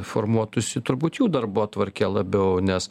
formuotųsi turbūt jų darbotvarkė labiau nes